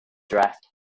draft